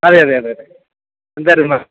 അതേയതേയതേയതേ എന്തായിരുന്നു മാം